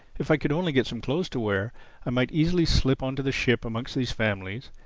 if i could only get some clothes to wear i might easily slip on to the ship amongst these families,